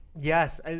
Yes